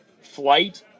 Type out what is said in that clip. flight